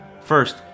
First